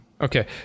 Okay